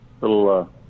little